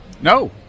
No